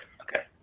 okay